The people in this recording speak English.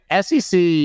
SEC